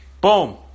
boom